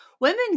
women